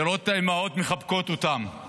לראות את האימהות מחבקות אותן.